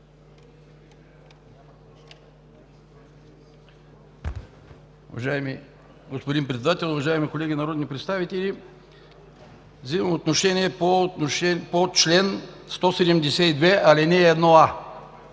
Уважаеми господин Председател, уважаеми колеги народни представители! Взимам отношение по чл. 172, ал. 1а